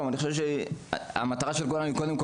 אני חושב שהמטרה של כולנו היא קודם כל